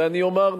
אני אומר,